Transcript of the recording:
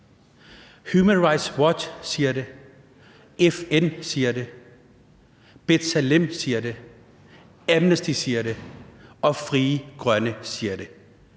Human Rights Watch siger det. FN siger det. B'Tselem siger det. Amnesty siger det, og Frie Grønne siger det.